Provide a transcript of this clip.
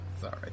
Sorry